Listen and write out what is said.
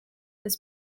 this